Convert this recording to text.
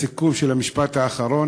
בסיכום של המשפט האחרון,